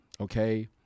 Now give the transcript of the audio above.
okay